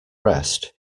rest